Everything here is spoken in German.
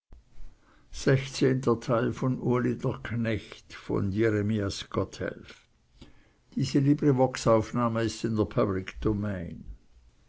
der knecht glücklich